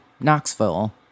Knoxville